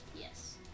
Yes